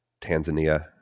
tanzania